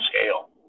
scale